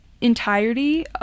entirety